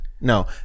No